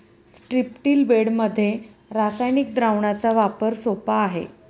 स्ट्रिप्टील बेडमध्ये रासायनिक द्रावणाचा वापर सोपा आहे